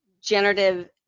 generative